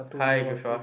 hi Joshua